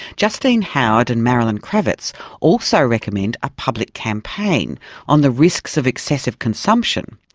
justine howard and marilyn kravitz also recommend a public campaign on the risks of excessive consumption,